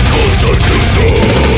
Constitution